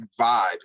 vibe